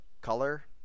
color